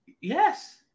Yes